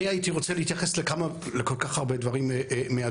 אני הייתי רוצה להתייחס לכל כך הרבה דברים מהדיון,